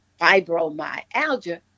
fibromyalgia